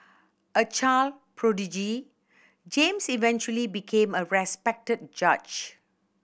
a child prodigy James eventually became a respected judge